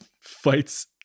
fights